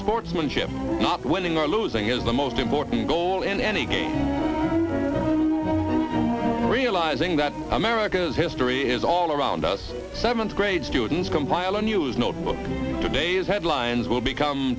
sportsmanship not winning or losing is the most important goal in any game realizing that america's history is all around us seventh grade students compile a news note today's headlines will become